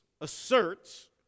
asserts